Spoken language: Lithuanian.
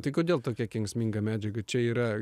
tai kodėl tokia kenksminga medžiaga čia yra